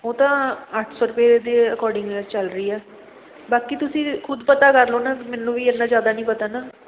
ਉਹ ਤਾਂ ਅੱਠ ਸੌ ਰੁਪਏ ਦੇ ਅਕੋਡਿੰਗ ਚੱਲ ਰਹੀ ਹੈ ਬਾਕੀ ਤੁਸੀਂ ਖੁਦ ਪਤਾ ਕਰ ਲਉ ਨਾ ਮੈਨੂੰ ਵੀ ਇੰਨਾਂ ਜ਼ਿਆਦਾ ਨਹੀਂ ਪਤਾ ਨਾ